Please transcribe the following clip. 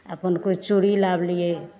अपन किछु चूड़ी लाबलियै